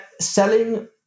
selling